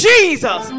Jesus